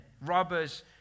Robbers